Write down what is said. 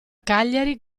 cagliari